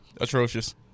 atrocious